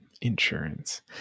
insurance